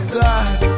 God